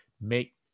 make